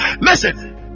Listen